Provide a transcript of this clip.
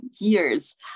years